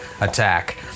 attack